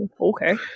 okay